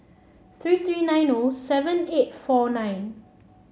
three three nine O seven eight four nine